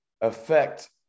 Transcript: affect